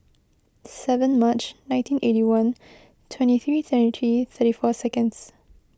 seven March nineteen eight one twenty three twenty three thirty four seconds